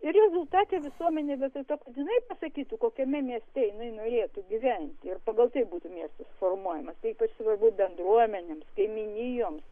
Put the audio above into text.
ir rezultate visuomenė vietoj to kad jinai pasakytų kokiame mieste jinai norėtų gyventi ir pagal tai būtų miestas formuojamas tai ypač svarbu bendruomenėms kaimynijoms